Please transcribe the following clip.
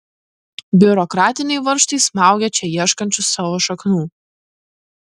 biurokratiniai varžtai smaugia čia ieškančius savo šaknų